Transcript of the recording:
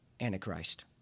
Antichrist